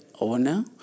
owner